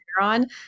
on